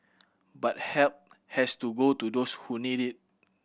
but help has to go to those who need it